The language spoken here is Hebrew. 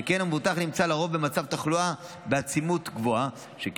שכן המבוטח נמצא לרוב במצב תחלואה בעצימות שונה.